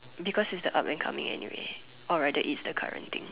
because is the up and coming anyway or rather is the current thing